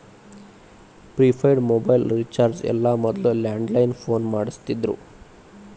prepaid mobile recharge ಎಲ್ಲ ಮೊದ್ಲ landline phone ಮಾಡಸ್ತಿದ್ರು